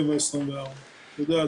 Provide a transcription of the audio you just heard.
7/24. תודה,